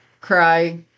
cry